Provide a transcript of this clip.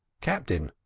captain!